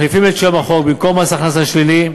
מחליפים את שם החוק, במקום מס הכנסה שלילי,